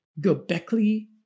Gobekli